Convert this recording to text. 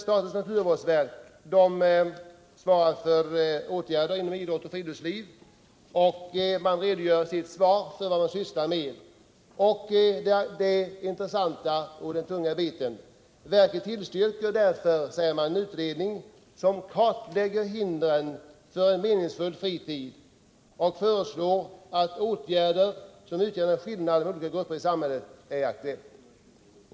Statens naturvårdsverk svarar för åtgärder inom idrottsoch friluftsliv, och verket redogör i sitt svar för vad man sysslar med, och det är den intressanta och tunga biten. Verket tillstyrker en utredning som klarlägger hindren för en meningsfull fritid och föreslår åtgärder som utjämnar skillnaderna mellan olika grupper i samhället.